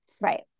right